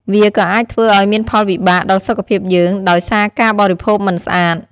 វាក៏អាចធ្វើឲ្យមានផលពិបាកដល់សុខភាពយើង ដោយសារការបរិភោគមិនស្អាត ។